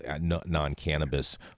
non-cannabis